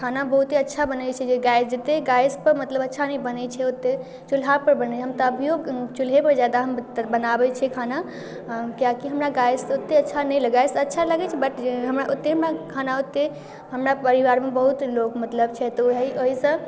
खाना बहुते अच्छा बनै छै जे गैस जतेक गैसपर मतलब अच्छा नहि बनै छै ओतेक चुल्हापर बने छै हम तऽ अभिओ चुल्हेपर ज्यादा हम बनाबै छी खाना कियाकि हमरा गैस ओतेक अच्छा नहि लागै गैस अच्छा लगै छै बट हमरा ओतेक हमरा खाना ओतेक हमरा परिवारमे बहुत लोक मतलब छै तऽ वएहसँ